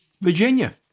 Virginia